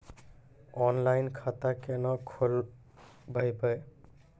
Online खाता केना खोलभैबै?